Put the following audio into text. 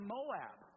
Moab